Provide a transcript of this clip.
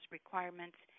requirements